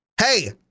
hey